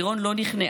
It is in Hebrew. לירון לא נכנעה.